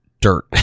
dirt